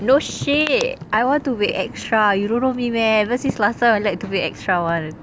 no shit I want to be extra you don't know me meh ever since last time I like to be extra [one]